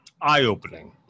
eye-opening